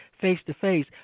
face-to-face